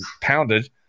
pounded